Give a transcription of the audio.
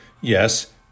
Yes